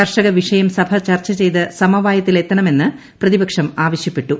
കർഷക വിഷയം സഭ ചർച്ച ചെയ്ത് സമവായത്തിലെത്തണമെന്ന് പ്രതിപക്ഷം ആവശ്യപ്പെട്ടു